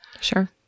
sure